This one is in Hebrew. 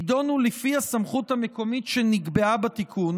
יידונו לפי הסמכות המקומית שנקבעה בתיקון